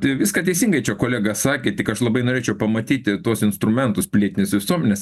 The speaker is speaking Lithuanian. viską teisingai čia kolega sakė tik aš labai norėčiau pamatyti tuos instrumentus pilietinės visuomenės